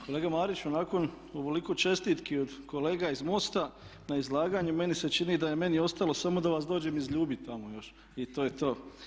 Kolega Mariću, nakon ovoliko čestitki od kolega iz MOSTA na izlaganju meni se čini da je meni ostalo samo da vas dođem izljubit tamo još i to je to.